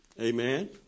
Amen